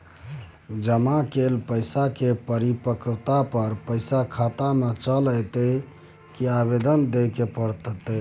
जमा कैल पैसा के परिपक्वता पर पैसा खाता में चल अयतै की आवेदन देबे के होतै?